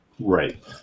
Right